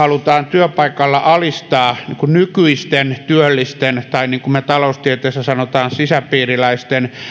työpaikalla alistaa nykyisten työllisten tai niin kuin taloustieteessä sanotaan sisäpiiriläisten